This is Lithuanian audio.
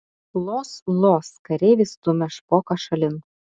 los los kareivis stumia špoką šalin